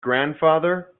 grandfather